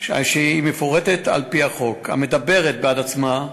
שמפורטת על-פי החוק, המדברת בעד עצמה,